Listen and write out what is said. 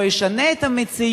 הוא לא ישנה את המציאות,